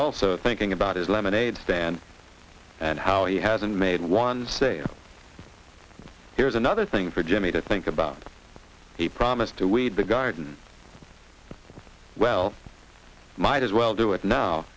also thinking about his lemonade stand and how he hasn't made one say oh here's another thing for jimmy to think about he promised to weed the garden well might as well do it now